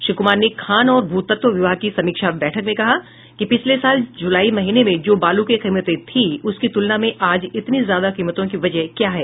श्री कुमार ने खान और भू तत्व विभाग की समीक्षा बैठक में कहा कि पिछले साल जुलाई महीने में जो बालू की कीमतें थी उसकी तुलना में आज इतनी ज्यादा कीमतों की वजह क्या है